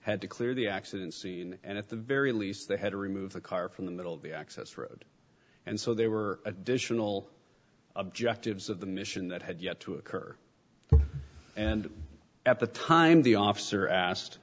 had to clear the accident scene and at the very least they had to remove the car from the middle of the access road and so they were additional objectives of the mission that had yet to occur and at the time the officer asked